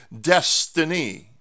destiny